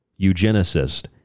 eugenicist